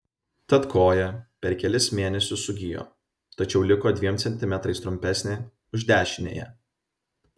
tad koja per kelis mėnesius sugijo tačiau liko dviem centimetrais trumpesnė už dešiniąją